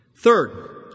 Third